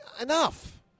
enough